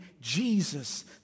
Jesus